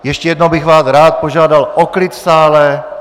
Ještě jednou bych vás rád požádal o klid v sále!